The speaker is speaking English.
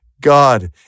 God